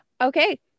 Okay